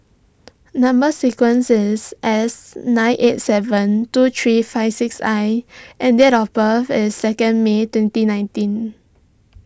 Number Sequence is S nine eight seven two three five six I and date of birth is second May twenty nineteen